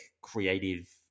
creative